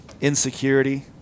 Insecurity